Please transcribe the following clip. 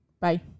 Bye